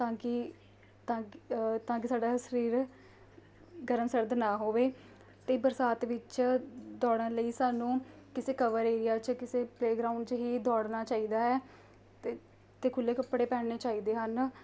ਤਾਂ ਕਿ ਤਾਂ ਕਿ ਤਾਂ ਕਿ ਸਾਡਾ ਸਰੀਰ ਗਰਮ ਸਰਦ ਨਾ ਹੋਵੇ ਅਤੇ ਬਰਸਾਤ ਵਿੱਚ ਦੌੜਨ ਲਈ ਸਾਨੂੰ ਕਿਸੇ ਕਵਰ ਏਰੀਆ 'ਚ ਕਿਸੇ ਪਲੇਅਗਰਾਊਂਡ 'ਚ ਹੀ ਦੌੜਨਾ ਚਾਹੀਦਾ ਹੈ ਅਤੇ ਖੁੱਲ੍ਹੇ ਕੱਪੜੇ ਪਹਿਨਣੇ ਚਾਹੀਦੇ ਹਨ